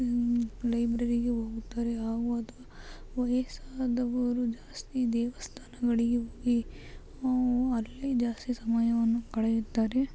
ಲೈಬ್ರರಿಗೆ ಹೋಗುತ್ತಾರೆ ಆವದು ವಯಸ್ಸಾದವರು ಜಾಸ್ತಿ ದೇವಸ್ಥಾನಗಳಿಗೆ ಹೋಗಿ ಅಲ್ಲಿ ಜಾಸ್ತಿ ಸಮಯವನ್ನು ಕಳೆಯುತ್ತಾರೆ